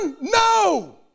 no